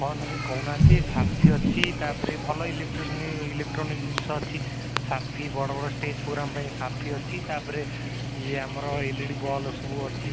କ'ଣ ନେବେ କହୁ ନାହାଁନ୍ତି ସାଫି ଅଛି ତା'ପରେ ଭଲ ଇଲୋଟ୍ରୋନିକ୍ ଇଲୋଟ୍ରୋନିକ୍ ଜିନଷ ଅଛି ସାଫି ବଡ଼ବଡ଼ ଷ୍ଟେଜ୍ ପ୍ରୋଗ୍ରାମ୍ ପାଇଁ ସାଫି ଅଛି ତା'ପରେ ଇଏ ଆମର ଏଲ୍ ଇ ଡ଼ି ବଲ୍ ସବୁ ଅଛି